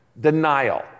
Denial